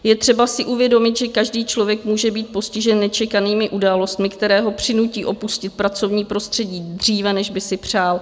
Je třeba si uvědomit, že každý člověk může být postižen nečekanými událostmi, které ho přinutí opustit pracovní prostředí dříve, než by si přál.